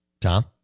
Tom